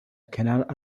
cannot